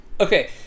Okay